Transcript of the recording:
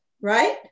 right